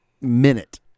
minute